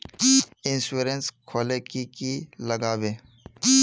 Insurance खोले की की लगाबे?